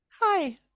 hi